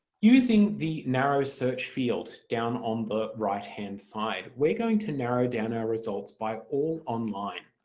using the narrow search field down on the right-hand side we're going to narrow down our results by all online.